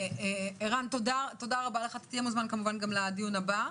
ערן, תודה רבה לך, תוזמן כמובן גם לדיון הבא.